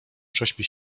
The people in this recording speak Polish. prześpi